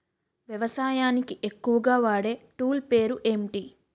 వ్యవసాయానికి ఎక్కువుగా వాడే టూల్ పేరు ఏంటి?